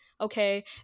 Okay